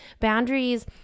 boundaries